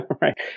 right